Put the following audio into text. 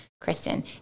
Kristen